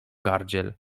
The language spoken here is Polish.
gardziel